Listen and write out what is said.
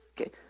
Okay